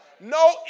no